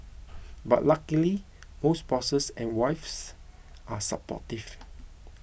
but luckily most bosses and wives are supportive